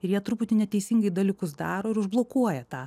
ir jie truputį neteisingai dalykus daro ir užblokuoja tą